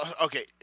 okay